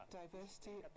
diversity